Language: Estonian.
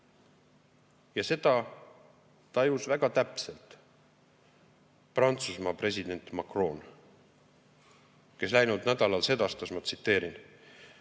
Ja seda tajus väga täpselt Prantsusmaa president Macron, kes läinud nädalal sedastas: "Riigid,